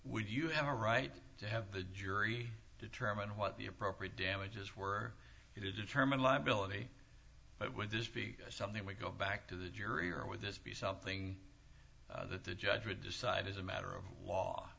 would you have a right to have the jury determine what the appropriate damages were to determine liability but will this be something we go back to the jury or would this be something that the judge would decide as a matter of law